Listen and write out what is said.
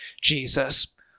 Jesus